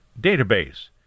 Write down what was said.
database